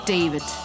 David